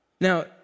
Now